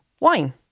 wine